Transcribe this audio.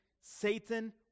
Satan